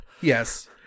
Yes